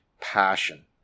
passion